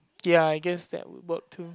ya I guess that work too